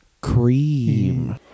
cream